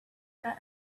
got